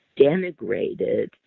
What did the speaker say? denigrated